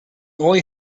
only